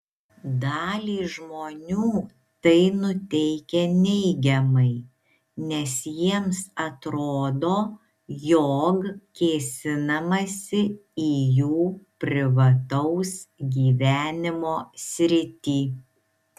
dalį žmonių tai nuteikia neigiamai nes jiems atrodo jog kėsinamasi į jų privataus gyvenimo sritį